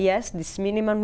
yes this minimum